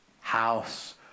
house